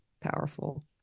powerful